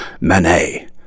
Manet